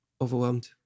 overwhelmed